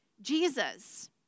Jesus